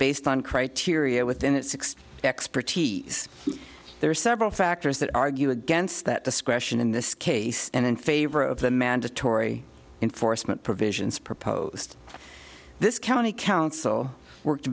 based on criteria within it six expertise there are several factors that argue against that discretion in this case and in favor of the mandatory enforcement provisions proposed this county council worked